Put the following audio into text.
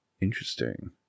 Interesting